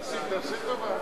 נסים, תעשה טובה.